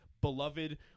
beloved